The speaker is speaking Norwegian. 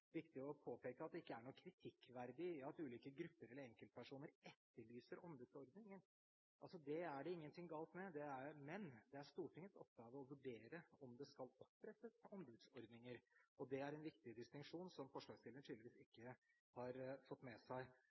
viktig å påpeke at det ikke er noe kritikkverdig i at ulike grupper eller enkeltpersoner etterlyser ombudsordninger. Det er det ikke noe galt med, men det er Stortingets oppgave å vurdere om det skal opprettes ombudsordninger. Det er en viktig distinksjon, som forslagsstiller tydeligvis ikke har fått med seg.